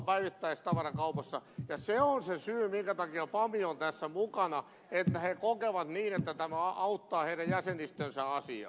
se on se syy minkä takia pam on tässä mukana että he kokevat niin että tämä auttaa heidän jäsenistönsä asiaa